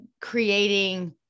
creating